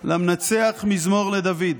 "למנצח מזמור לדוד.